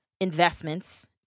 investments